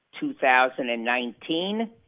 2019